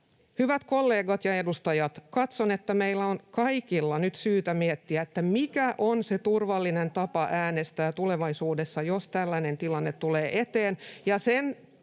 Hyvät kollegat ja edustajat, katson, että meillä kaikilla on nyt syytä miettiä, mikä on se turvallinen tapa äänestää tulevaisuudessa, jos tällainen tilanne tulee eteen,